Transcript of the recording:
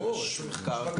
יש מחקר?